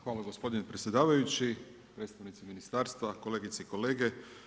Hvala gospodine predsjedavajući, predstavnici ministarstva, kolegice i kolege.